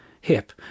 hip